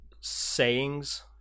sayings